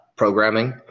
programming